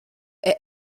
est